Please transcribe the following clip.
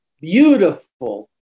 beautiful